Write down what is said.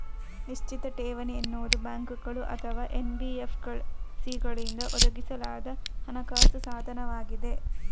ನಿಶ್ಚಿತ ಠೇವಣಿ ಎನ್ನುವುದು ಬ್ಯಾಂಕುಗಳು ಅಥವಾ ಎನ್.ಬಿ.ಎಫ್.ಸಿಗಳಿಂದ ಒದಗಿಸಲಾದ ಹಣಕಾಸು ಸಾಧನವಾಗಿದೆ